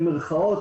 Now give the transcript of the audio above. במירכאות,